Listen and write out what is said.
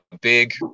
big